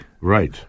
Right